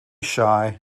shy